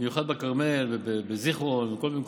במיוחד בכרמל ובזיכרון, בכל מיני מקומות,